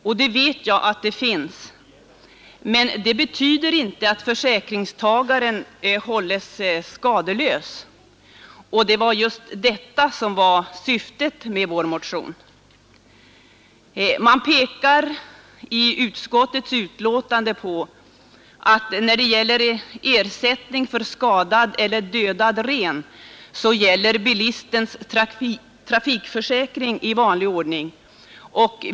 Jag vet att det finns det, men detta betyder inte att försäkringstagaren hålls skadeslös, och det var just det som var syftet med vår motion. Man pekar i utskottets betänkande på att när det gäller ersättning för skadad eller dödad ren gäller bilistens trafikförsäkring i vanlig ordning.